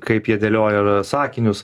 kaip jie dėlioja sakinius